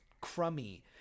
crummy